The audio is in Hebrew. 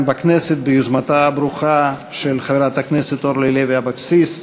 בכנסת ביוזמתה הברוכה של חברת הכנסת אורלי לוי אבקסיס.